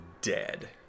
dead